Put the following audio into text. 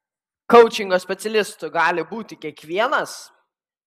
koučingo specialistu gali būti kiekvienas